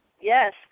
yes